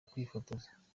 kwifotoza